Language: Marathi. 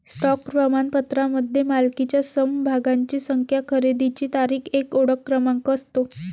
स्टॉक प्रमाणपत्रामध्ये मालकीच्या समभागांची संख्या, खरेदीची तारीख, एक ओळख क्रमांक असतो